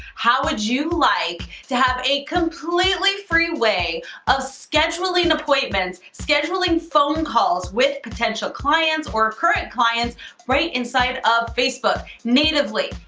how would you like to have a completely free way of scheduling appointments, scheduling phone calls with potential clients or current clients right inside of facebook, natively?